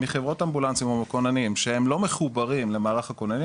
מחברות אמבולנסים ומכוננים שהם לא מחוברים למערך הכוננים,